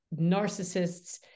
narcissists